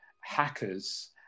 hackers